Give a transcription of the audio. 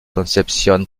concepción